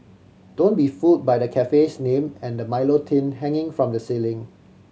don't be fooled by the cafe's name and the Milo tin hanging from the ceiling